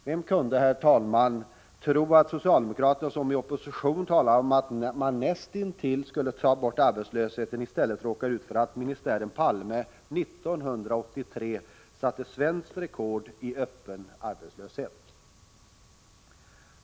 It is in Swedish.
Vem kunde, herr talman, tro att socialdemokraterna, som i opposition talade om att man skulle näst intill ta bort arbetslösheten, i stället skulle råka ut för att ministären Palme 1983 satte svenskt rekord i öppen arbetslöshet!